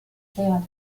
teevad